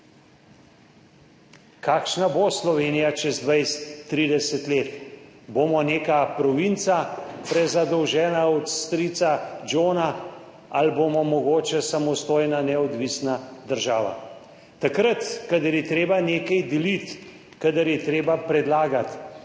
Kakšna bo Slovenija čez 20, 30 let? Bomo neka provinca, prezadolžena od strica Johna, ali bomo mogoče samostojna, neodvisna država? Takrat, kadar je treba nekaj deliti, kadar je treba predlagati,